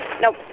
Nope